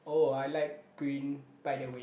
oh I like green by the way